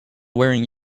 wearing